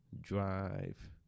drive